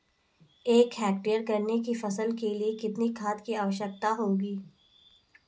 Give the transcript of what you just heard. एक हेक्टेयर गन्ने की फसल के लिए कितनी खाद की आवश्यकता होगी?